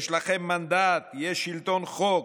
יש לכם מנדט, יש שלטון חוק,